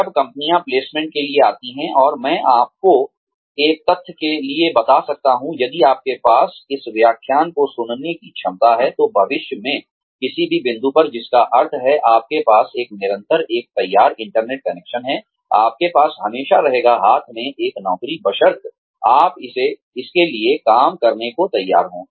जब कंपनियां प्लेसमेंट के लिए आती हैं और मैं आपको एक तथ्य के लिए बता सकता हूं यदि आपके पास इस व्याख्यान को सुनने की क्षमता है तो भविष्य में किसी भी बिंदु पर जिसका अर्थ है आपके पास एक निरंतर एक तैयार इंटरनेट कनेक्शन है आपके पास हमेशा रहेगा हाथ में एक नौकरी बशर्ते आप इसके लिए काम करने को तैयार हों